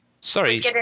Sorry